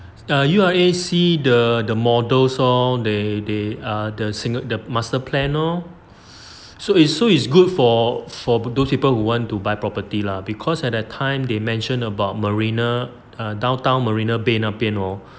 U_R_A see the the models lor they they ah the singer the master plan lor so it's so it's good for for those people who want to buy property lah because at that time they mention about marina downtown marina bay 那边 lor